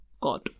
God